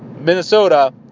Minnesota